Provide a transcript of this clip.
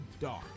dark